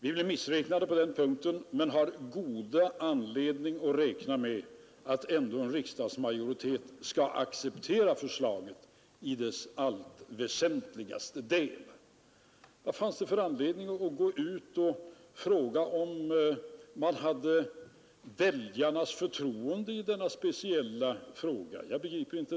Vi blev missräknade på denna punkt, men har god anledning att räkna med att ändå en riksdagsmajoritet skall acceptera förslaget i dess väsentligaste del. Jag begriper inte då vilken anledning vi skulle ha att gå ut till väljarna och fråga om vi har deras förtroende i denna speciella fråga.